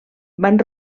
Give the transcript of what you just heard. van